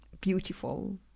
beautiful